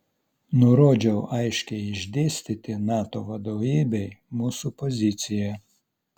nurodžiau aiškiai išdėstyti nato vadovybei mūsų poziciją